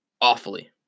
awfully